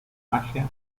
magia